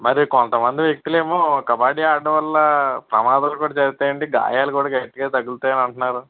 మరి కొంతమంది వ్యక్తులేమో కబడ్డీ ఆడడం వల్ల ప్రమాదాలు కూడా జరుగుతాయండి గాయాలు కూడా గట్టిగా తగులుతాయి అని అంటున్నారు